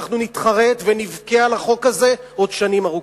אנחנו נתחרט ונבכה על החוק הזה עוד שנים ארוכות.